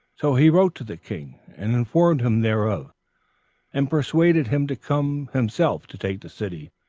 so he wrote to the king, and informed him thereof and persuaded him to come himself to take the city,